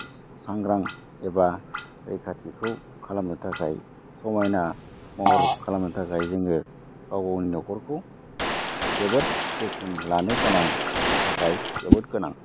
सांग्रां एबा रैखाथिखौ खालामनो थाखाय समायना महर खालामनो थाखाय जोङो गाव गावनि न'खरखौ जोबोद जोथोन लानो गोनांनि थाखाय जोबोद गोनां